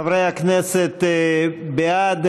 חברי הכנסת, בעד,